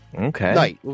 Okay